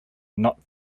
not